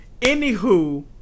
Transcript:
anywho